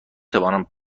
توانم